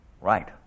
Right